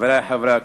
חברי חברי הכנסת,